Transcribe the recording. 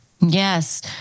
Yes